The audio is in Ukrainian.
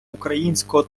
українського